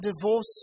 divorce